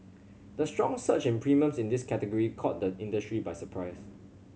the strong surge in premiums in this category caught the industry by surprise